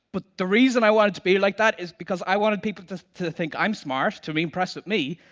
but the reason i wanted to be like that is because i wanted people to to think i'm smart, to be impressed with me,